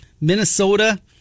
Minnesota